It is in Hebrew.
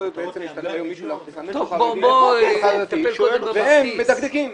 הם מדקדקים.